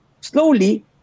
slowly